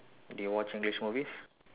do you watch english movies